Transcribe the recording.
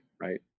right